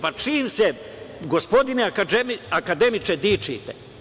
Pa čim se, gospodine akademiče, dičite?